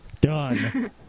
done